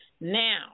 Now